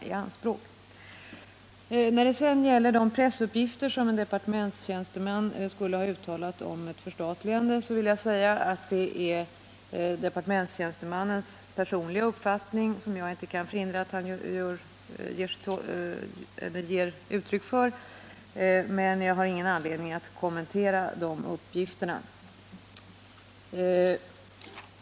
Vad sedan gäller de pressuppgifter om ett förstatligande på området vilkas källa skulle vara en departementstjänsteman vill jag säga, att det är fråga om departementstjänstemannens personliga uppfattning, som jag inte kan förhindra vederbörande att ge uttryck för. Jag har ingen anledning att kommentera de uppgifterna.